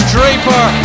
Draper